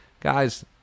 Guys